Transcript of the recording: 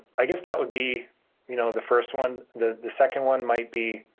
i guess that would be you know the first one. the the second one might be